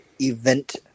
event